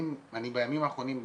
בימים האחרונים,